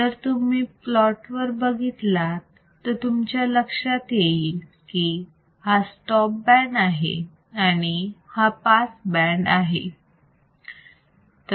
जर तुम्ही प्लॉटवर बघितलात तर तुमच्या लक्षात येईल की हा स्टॉप बँड आहे आणि हा पास बँड आहे